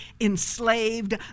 enslaved